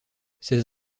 ses